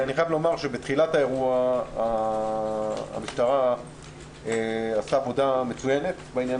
אני חייב לומר שבתחילת האירוע המשטרה עשתה עבודה מצוינת בעניין